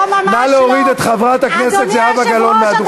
לא תם זמני, אני מבקש שתרדי מהדוכן.